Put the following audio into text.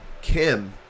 Kim